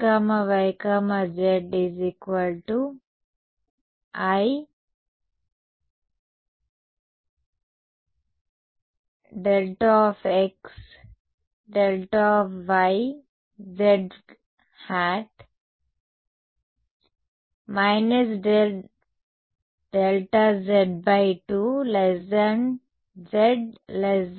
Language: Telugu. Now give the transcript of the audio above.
కాబట్టి ఇది Jxyz I δδz − Δ